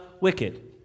wicked